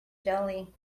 jelly